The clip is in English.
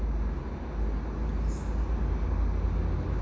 yeah